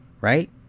Right